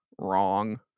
wrong